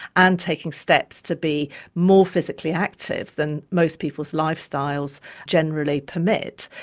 and taking steps to be more physically active than most people's lifestyles generally permit.